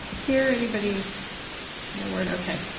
hear anybody no word? okay.